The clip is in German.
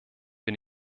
bin